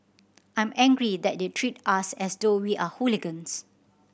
I'm angry that they treat us as though we are hooligans